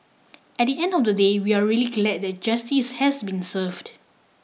at the end of the day we are really glad that justice has been served